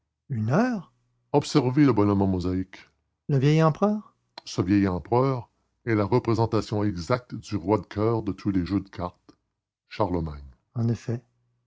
une heure observez le bonhomme en mosaïque le vieil empereur ce vieil empereur est la représentation exacte du roi de coeur de tous les jeux de cartes charlemagne en effet